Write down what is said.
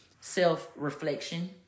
Self-reflection